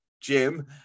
Jim